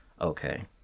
Okay